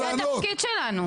זה התפקיד שלנו.